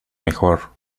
mejor